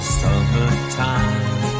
summertime